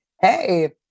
hey